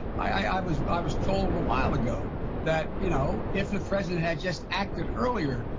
i was i was told a while ago that, you know, if the president had just acted earlier,